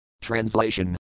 Translation